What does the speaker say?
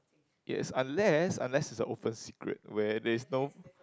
yes unless unless it's a open secret where there's no